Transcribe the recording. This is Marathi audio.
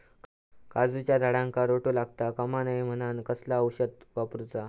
काजूच्या झाडांका रोटो लागता कमा नये म्हनान कसला औषध वापरूचा?